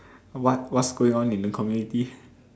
what what's going on in the community